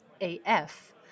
AF